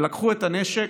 לקחו את הנשק.